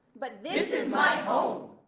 but this is my home.